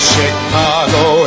Chicago